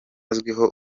azwiho